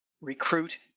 recruit